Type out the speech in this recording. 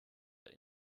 der